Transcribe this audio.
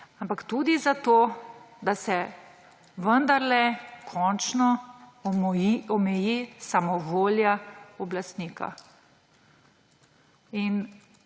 ampak tudi da se vendarle končno omeji samovolja oblastnika.